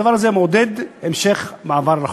הדבר הזה מעודד המשך מעבר על החוק.